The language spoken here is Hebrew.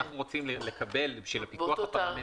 אנחנו רוצים לקבל בשביל הפיקוח הפרלמנטרי